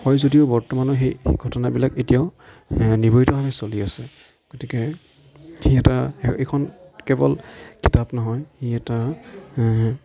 হয় যদিও বৰ্তমানো সেই ঘটনাবিলাক এতিয়াও সেইবোৰেই এতিয়া চলি আছে গতিকে সি এটা এইখন কেৱল কিতাপ নহয় সি এটা